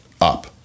up